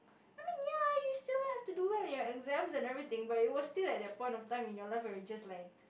I mean ya you still have to do well in your exams and everything but it was still at that point of time in your life where you just like